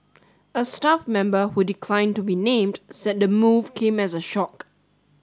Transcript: a staff member who declined to be named said the move came as a shock